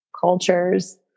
cultures